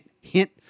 hint